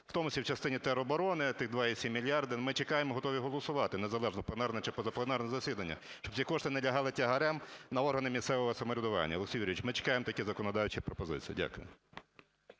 в тому числі в частині тероборони, тих 2,7 мільярда. Ми чекаємо, готові голосувати, незалежно пленарне чи поза пленарне засідання, щоб ці кошти не лягали тягарем на органи місцевого самоврядування. Олексій Юрійович, ми чекаємо такі законодавчі пропозиції. Дякую.